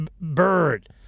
Bird